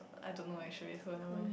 I don't know actually who am I